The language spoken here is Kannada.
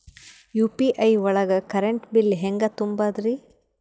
ಯು.ಪಿ.ಐ ಒಳಗ ಕರೆಂಟ್ ಬಿಲ್ ಹೆಂಗ್ ತುಂಬದ್ರಿ?